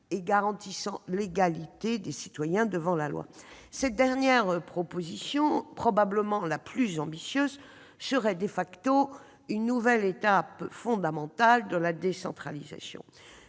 et garantissant l'égalité des citoyens devant la loi »: cette dernière proposition, probablement la plus ambitieuse, serait une nouvelle étape fondamentale de la décentralisation.